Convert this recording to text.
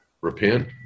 repent